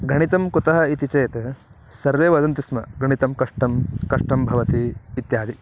गणितं कुतः इति चेत् सर्वे वदन्ति स्म गणितं कष्टं कष्टं भवति इत्यादि